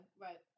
right